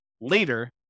later